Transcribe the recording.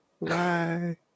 Bye